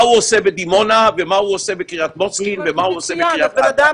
מה הוא עושה בדימונה ומה הוא עושה בקרית מוצקין ומה הוא עושה בקרית אתא?